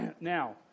Now